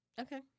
Okay